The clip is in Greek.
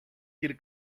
κυρ